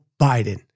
Biden